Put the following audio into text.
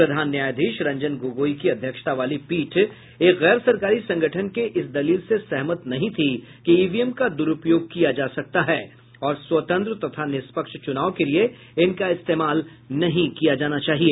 प्रधान न्यायाधीश रंजन गोगोई की अध्यक्षता वाली पीठ एक गैर सरकारी संगठन के इस दलील से सहमत नहीं थी कि ईवीएम का दुरूपयोग किया जा सकता है और स्वतंत्र तथा निष्पक्ष चुनाव के लिए इनका इस्तेमाल नहीं किया जाना चाहिए